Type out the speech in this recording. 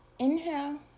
Inhale